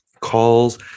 calls